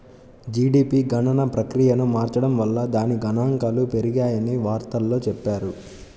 GDP గణన ప్రక్రియను మార్చడం వల్ల దాని గణాంకాలు పెరిగాయని వార్తల్లో చెప్పారు